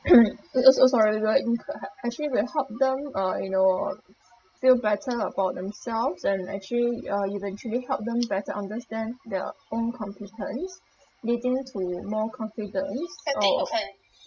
oh so sorry will inc~ he~ actually will help them uh you know uh feel better about themselves and actually uh you can actually help them better understand their own competence leading to more confidence so